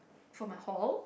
for my hall